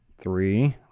Three